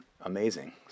amazing